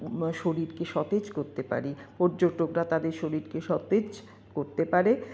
শরীরকে সতেজ করতে পারি পর্যটকরা তাদের শরীরকে সতেজ করতে পারে